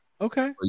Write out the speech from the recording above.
Okay